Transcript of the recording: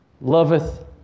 loveth